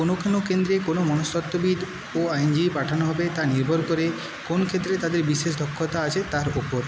কোনো কোনো কেন্দ্রে কোনো মনস্তত্ববিদ ও আইনজীবী পাঠানো হবে তা নির্ভর করে কোন ক্ষেত্রে তাঁদের বিশেষ দক্ষতা আছে তার ওপর